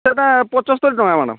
ସେଇଟା ପଞ୍ଚସ୍ତରି ଟଙ୍କା ମାଡ଼ାମ୍